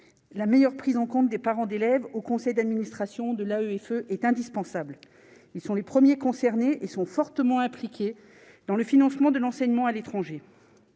la meilleure prise en compte des parents d'élèves au conseil d'administration de la est indispensable, ils sont les premiers concernés et sont fortement impliquées dans le financement de l'enseignement à l'étranger.